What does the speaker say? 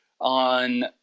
on